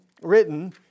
written